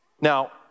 Now